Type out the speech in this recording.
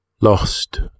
Lost